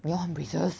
你要换 braces